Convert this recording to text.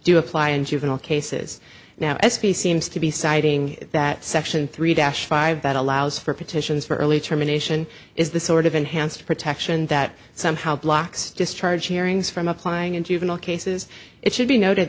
do apply in juvenile cases now s p seems to be citing that section three dash five that allows for petitions for early termination is the sort of enhanced protection that somehow blocks discharge hearings from applying in juvenile cases it should be noted